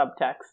subtext